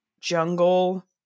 jungle